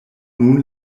nun